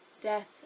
death